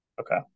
Okay